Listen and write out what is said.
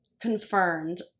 confirmed